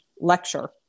lecture